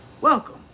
welcome